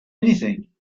anything